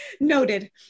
Noted